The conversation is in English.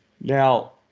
Now